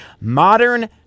modern